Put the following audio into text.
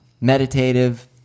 meditative